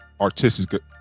artistic